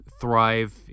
Thrive